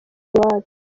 wacu